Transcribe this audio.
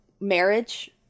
marriage